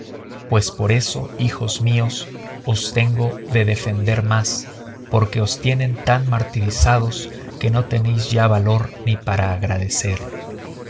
pues por eso hijos míos os tengo de defender más porque os tienen tan martirizados que no tenéis ya valor ni para agradecer